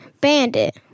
Bandit